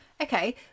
Okay